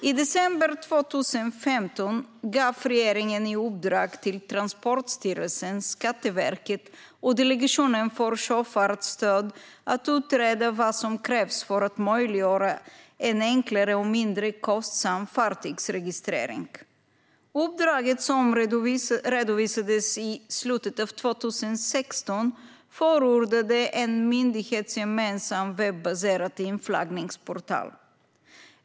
I december 2015 gav regeringen i uppdrag till Transportstyrelsen, Skatteverket och Delegationen för sjöfartsstöd att utreda vad som krävs för att möjliggöra en enklare och mindre kostsam fartygsregistrering. Uppdraget, som redovisades i slutet av 2016, förordade en myndighetsgemensam webbaserad inflaggningsportal.